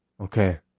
Okay